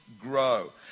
grow